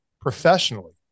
professionally